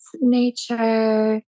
nature